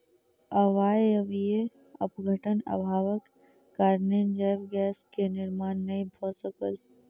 अवायवीय अपघटनक अभावक कारणेँ जैव गैस के निर्माण नै भअ सकल